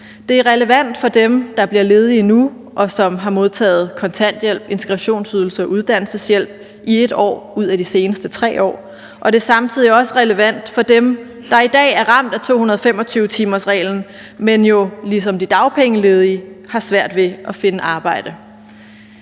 Det er relevant for dem, der bliver ledige nu, og som har modtaget kontanthjælp, integrationsydelse eller uddannelseshjælp i 1 år ud af de seneste 3 år, og det er samtidig også relevant for dem, der i dag er ramt af 225-timersreglen, men jo ligesom de dagpengeledige har svært ved at finde arbejde.